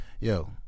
Yo